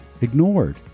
ignored